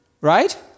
Right